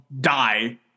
die